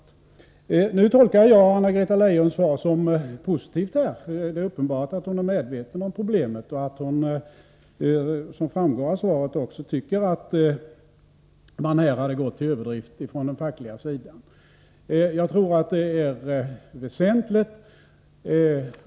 Jag tolkar emellertid Anna-Greta Leijons svar som positivt. Det är uppenbart att hon är medveten om problemet och att hon — vilket också framgår av svaret — tycker att man från den fackliga sidan i de här fallen gått till överdrift.